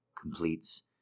completes